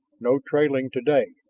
no trailing today,